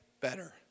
better